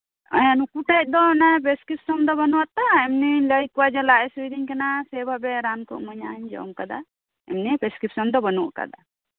ᱦᱮᱸ ᱱᱩᱠᱩ ᱴᱷᱮᱡ ᱫᱚ ᱯᱨᱮᱥᱠᱨᱤᱯᱥᱚᱱ ᱫᱚ ᱵᱟᱹᱱᱩᱜ ᱟᱛᱳ ᱮᱢᱱᱤ ᱞᱟᱹᱭ ᱟᱠᱚᱣᱟ ᱞᱟᱡ ᱦᱟᱹᱥᱩᱧ ᱠᱟᱱᱟ ᱥᱮᱵᱷᱟᱵᱮ ᱨᱟᱱ ᱠᱚ ᱮᱢᱟᱧ ᱡᱚᱢ ᱠᱟᱫᱟ ᱱᱤᱭᱟᱹ ᱯᱨᱮᱥᱠᱨᱤᱯᱥᱚᱱ ᱫᱚ ᱵᱟᱹᱱᱩᱜᱼᱟ